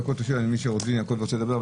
שעורך דין יעקבי רוצה לדבר,